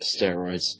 steroids